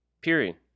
period